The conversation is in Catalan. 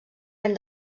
ben